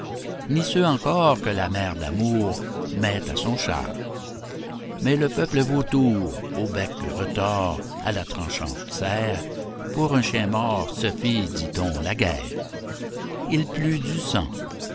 ni ceux encor que la mère d'amour met à son char mais le peuple vautour au bec retors à la tranchante serre pour un chien mort se fit dit-on la guerre il plut du sang